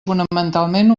fonamentalment